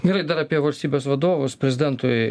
gerai dar apie valstybės vadovus prezidentui